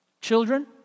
Children